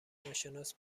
ناشناس